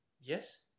Yes